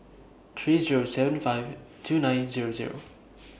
three Zero seven five two nine Zero Zero